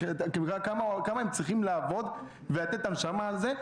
כמה הם צריכים לעבוד ולתת את הנשמה על זה,